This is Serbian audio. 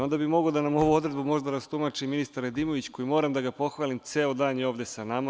Onda bi mogao možda da nam ovu odredbu rastumači ministar Nedimović koji je, moram da ga pohvalim, ceo dan je ovde sa nama.